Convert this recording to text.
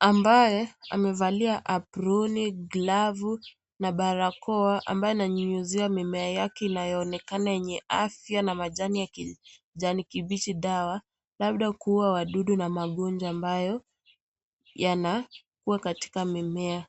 ambaye amevalia aproni, glovu na barakoa ambao ananyunyuzia mimea wake ilnayoonekana yenye afya na majani yenye kijani kibichi dawa labda kuua wadudu na magonjwa ambayo yanakuwa katika mimea.